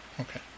Okay